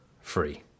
free